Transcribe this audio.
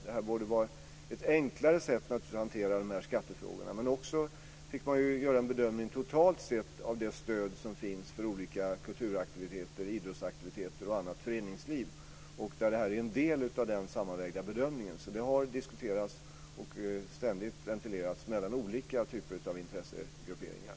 Detta borde då vara ett enklare sätt att hantera skattefrågorna. Man fick också göra en bedömning totalt sett av det stöd som finns för olika kulturaktiviteter, idrottsaktiviteter och annat föreningsliv. Där är detta en del av den sammanvägda bedömningen. Detta har alltså diskuterats och ständigt ventilerats mellan olika typer av intressegrupperingar.